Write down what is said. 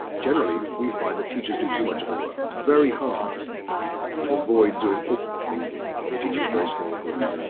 generally we find that teachers do too much of the work. it's very hard to avoid doing all the thinking when you're teaching a very small group.